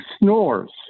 snores